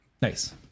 nice